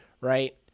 right